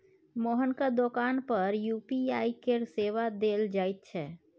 मोहनक दोकान पर यू.पी.आई केर सेवा देल जाइत छै